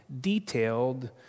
detailed